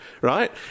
right